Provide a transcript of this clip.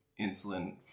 insulin